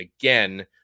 again